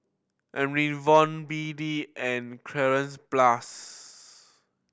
Enervon B D and Cleanz Plus